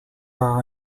are